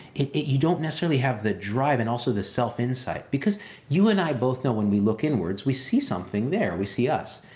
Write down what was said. you don't necessarily have the drive and also the self insight because you and i both know when we look inwards, we see something there, we see us.